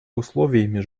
условиями